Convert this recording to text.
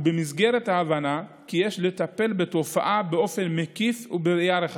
ובמסגרת ההבנה כי יש לטפל בתופעה באופן מקיף ובראייה רחבה,